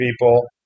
people